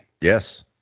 Yes